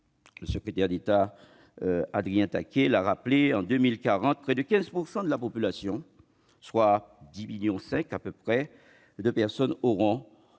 Le secrétaire d'État, Adrien Taquet, l'a rappelé : en 2040, près de 15 % de la population, soit environ 10,5 millions de personnes, auront